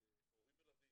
הורים מלווים,